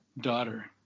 daughter